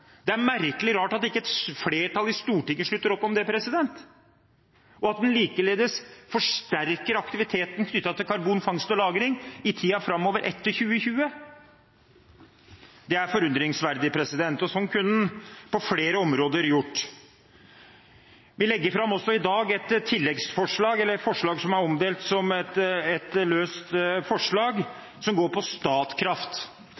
Det er merkelig at ikke et flertall i Stortinget slutter opp om dette, og at en likeledes forsterker aktiviteten knyttet til karbonfangst og -lagring i tiden framover, etter 2020. Det er forunderlig. Sånn kunne en gjort på flere måter. Vi legger i dag fram et tilleggsforslag, som er omdelt som et løst forslag – det går på Statkraft.